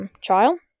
trial